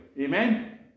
Amen